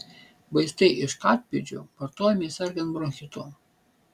vaistai iš katpėdžių vartojami sergant bronchitu